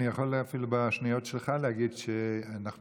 אני יכול אפילו בשניות שלך להגיד שאנחנו